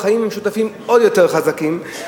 והחיים המשותפים עוד יותר חזקים,